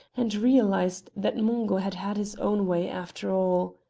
and realised that mungo had had his own way after all.